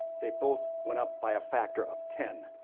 they both went up by a factor of ten.